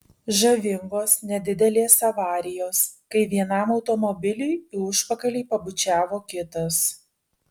žavingos nedidelės avarijos kai vienam automobiliui į užpakalį pabučiavo kitas